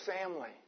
family